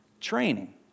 Training